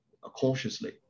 cautiously